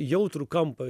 jautrų kampą